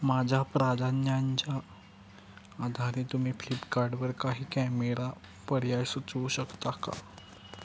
माझ्या प्राधान्यांच्या आधारित तुम्ही फ्लिपकार्टवर काही कॅमेरा पर्याय सुचवू शकता का